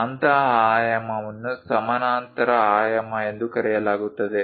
ಅಂತಹ ಆಯಾಮವನ್ನು ಸಮಾನಾಂತರ ಆಯಾಮ ಎಂದು ಕರೆಯಲಾಗುತ್ತದೆ